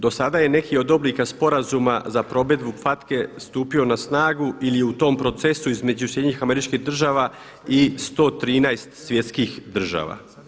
Do sada je neki od oblika sporazuma za provedbu FACTA-e stupio na snagu ili u tom procesu između SAD-a i 113 svjetskih država.